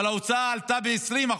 אבל ההוצאה עלתה ב-20%.